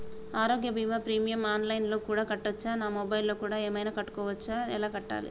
ఆరోగ్య బీమా premium online లో కూడా కట్టచ్చా? నా మొబైల్లో కూడా ఏమైనా కట్టొచ్చా? ఎలా కట్టాలి?